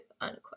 unquote